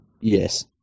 Yes